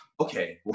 okay